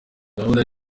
gahunda